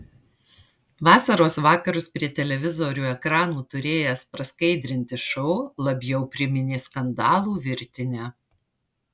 vasaros vakarus prie televizorių ekranų turėjęs praskaidrinti šou labiau priminė skandalų virtinę